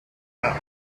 right